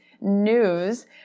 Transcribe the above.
news